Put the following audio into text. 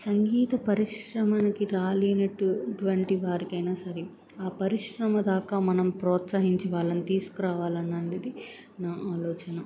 సంగీత పరిశ్రమకి రాలేనటువంటి వారికైనా సరే ఆ పరిశ్రమ దాకా మనం ప్రోత్సహించి వాళ్ళని తీసుకురావాలన్నది నా ఆలోచన